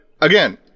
again